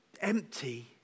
empty